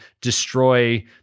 destroy